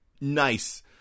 nice